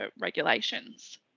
regulations